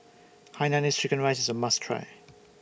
Hainanese Chicken Rice IS A must Try